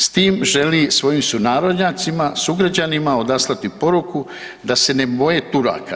S tim želi svojim sunarodnjacima, sugrađanima odaslati poruku da se ne boje Turaka.